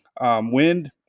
Wind